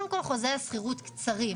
קודם כל, חוזי השכירות קצרים.